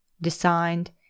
designed